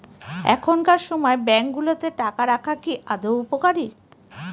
এখনকার সময় ব্যাঙ্কগুলোতে টাকা রাখা কি আদৌ উপকারী?